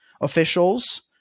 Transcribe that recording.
officials